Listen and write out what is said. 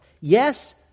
Yes